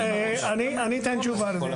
אני אתן תשובה לזה.